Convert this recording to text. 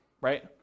right